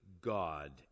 God